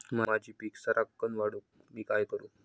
माझी पीक सराक्कन वाढूक मी काय करू?